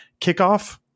Kickoff